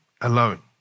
alone